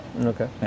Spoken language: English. Okay